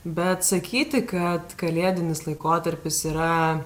bet sakyti kad kalėdinis laikotarpis yra